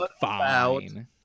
fine